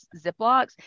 Ziplocs